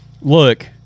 Look